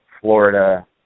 Florida